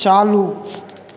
चालू